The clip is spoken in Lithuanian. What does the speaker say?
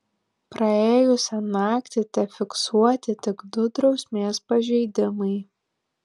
praėjusią naktį tefiksuoti tik du drausmės pažeidimai